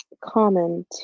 common